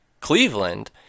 Cleveland